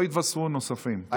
לא יתווספו נוספים.